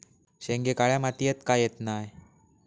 शेंगे काळ्या मातीयेत का येत नाय?